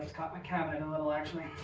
cut my cabinet a little, actually.